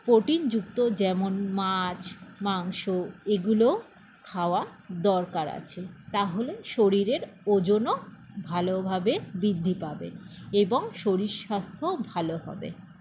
প্রোটিনযুক্ত যেমন মাছ মাংস এগুলো খাওয়া দরকার আছে তাহলে শরীরের ওজনও ভালোভাবে বৃদ্ধি পাবে এবং শরীর স্বাস্থ্যও ভালো হবে